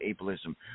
ableism